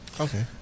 Okay